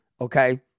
Okay